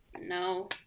No